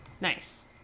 nice